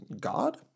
God